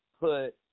put